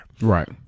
Right